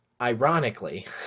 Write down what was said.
ironically